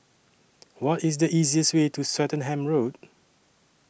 What IS The easiest Way to Swettenham Road